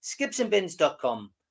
skipsandbins.com